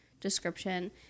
description